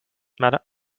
matter